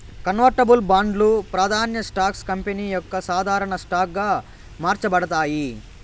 convertible బాండ్లు, ప్రాదాన్య stocks company యొక్క సాధారన స్టాక్ గా మార్చబడతాయి